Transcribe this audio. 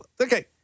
okay